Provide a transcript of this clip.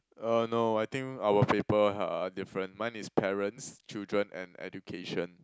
uh no I think our paper are different mine is parents children and education